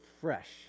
fresh